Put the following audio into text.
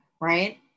right